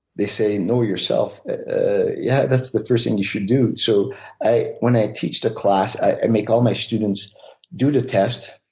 they say know yourself yeah, that's the first thing you should do. so when i teach the class, i make all my students do the test.